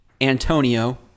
Antonio